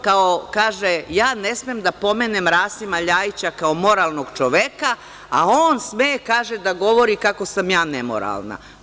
Kaže da ja ne smem da pomenem Rasima LJajića kao moralnog čoveka, a on sme da govori kako sam ja nemoralna?